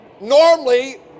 normally